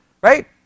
right